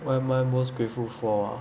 what am I most grateful for ah